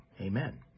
Amen